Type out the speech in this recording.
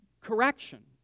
correction